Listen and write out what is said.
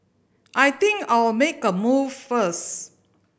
I think I'll make a move first